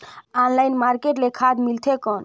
Online market ले खाद मिलथे कौन?